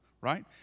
right